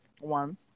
one